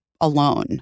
alone